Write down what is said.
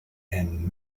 and